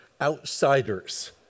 outsiders